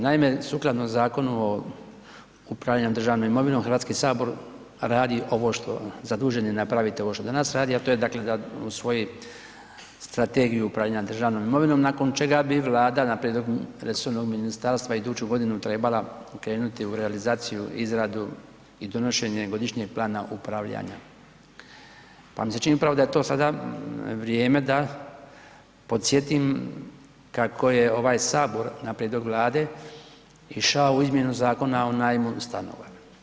Naime, sukladno Zakonu o upravljanju državnom imovinom HS radi ovo što, zadužen je napraviti ovo što danas radi, a to je dakle da usvoji Strategiju upravljanja državnom imovinom, nakon čega bi Vlada na prijedlog resornog ministarstva iduću godinu trebala krenuti u realizaciju, izradu i donošenje godišnjeg plana upravljanja pa mi se čini, upravo da je to sada vrijeme da podsjetim kako je ovaj Sabor na prijedlog Vlade išao u izmjenu Zakona o najmu stanova.